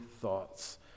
thoughts